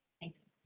thanks